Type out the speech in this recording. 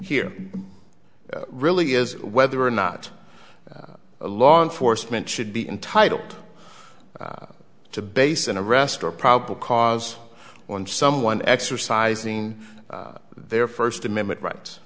here really is whether or not a law enforcement should be entitled to base in a restaurant probable cause when someone exercising their first amendment rights